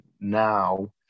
now